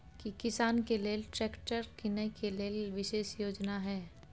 की किसान के लेल ट्रैक्टर कीनय के लेल विशेष योजना हय?